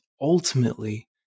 ultimately